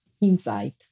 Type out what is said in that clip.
insight